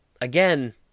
again